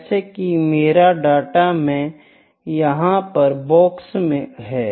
जैसे की मेरे डाटा में यहां पर बॉक्स है